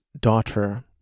daughter